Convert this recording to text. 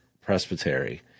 presbytery